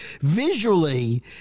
visually